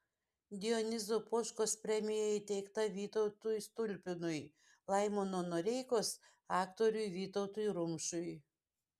dionizo poškos premija įteikta vytautui stulpinui laimono noreikos aktoriui vytautui rumšui